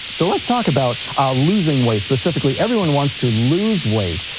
so let's talk about losing weight specifically, everyone wants to lose weight,